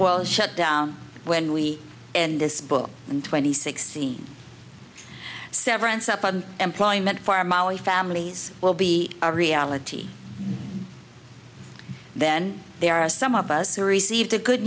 will shut down when we in this book and twenty six severance up on employment for molly families will be a reality then there are some of us who received the good